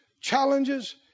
challenges